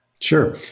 Sure